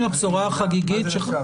למי אין זכות הצבעה?